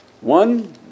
one